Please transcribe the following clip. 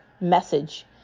message